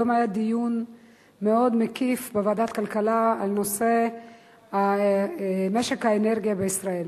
היום היה דיון מאוד מקיף בוועדת הכלכלה על נושא משק האנרגיה בישראל.